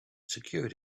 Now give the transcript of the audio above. secured